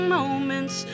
moments